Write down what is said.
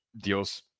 deals